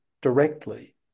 directly